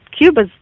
Cuba's